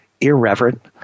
irreverent